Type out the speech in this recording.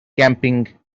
camping